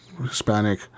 Hispanic